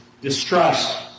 distrust